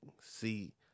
see